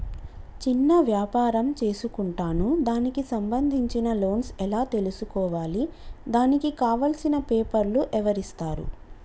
చిన్న వ్యాపారం చేసుకుంటాను దానికి సంబంధించిన లోన్స్ ఎలా తెలుసుకోవాలి దానికి కావాల్సిన పేపర్లు ఎవరిస్తారు?